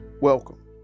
Welcome